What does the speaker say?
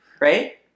right